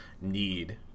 need